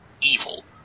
evil